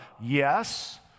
Yes